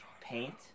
paint